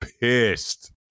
pissed